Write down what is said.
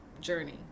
journey